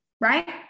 right